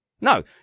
No